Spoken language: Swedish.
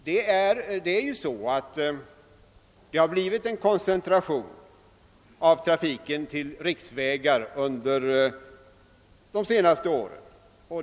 Det har ju blivit en koncentration av trafiken till riksvägar under de senaste åren.